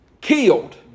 Killed